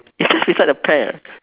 it's just beside the pear